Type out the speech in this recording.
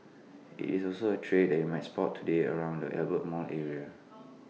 IT is also A trade that you might spot today around the Albert mall area